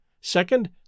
Second